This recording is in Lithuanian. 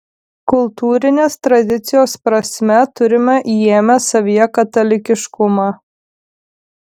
kultūrinės tradicijos prasme turime įėmę savyje katalikiškumą